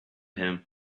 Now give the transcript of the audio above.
him